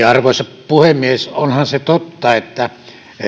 arvoisa puhemies onhan se totta että